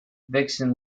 vixen